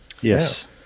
Yes